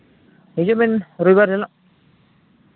ᱦᱤᱡᱩᱜ ᱵᱮᱱ ᱨᱳᱵᱤᱵᱟᱨ ᱦᱤᱞᱳᱜ